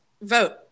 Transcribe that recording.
Vote